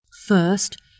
First